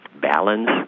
balance